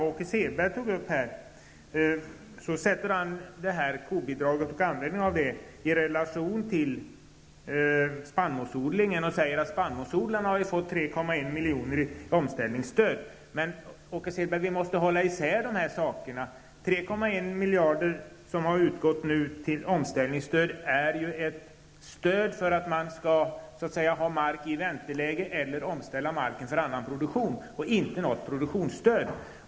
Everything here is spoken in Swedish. Åke Selberg tar upp kobidraget och sätter användningen av det i relation till spannmålsodlingen och säger att spannmålsodlarna har fått 3,1 miljarder i omställningsstöd. Men vi måste hålla isär de båda sakerna, Åke Selberg. De 3,1 miljarder som har utgått i omställningsstöd är ett stöd för att spannmålsodlare skall ha mark i vänteläge eller ställa om marken för annan produktion. De pengarna är inte något produktionsstöd.